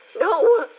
No